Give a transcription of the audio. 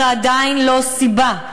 זו עדיין לא סיבה,